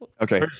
okay